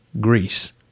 Greece